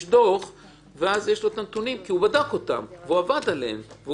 דוח ואז יש לו הנתונים כי הוא בדק אותם ועבד עליהם.